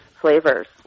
flavors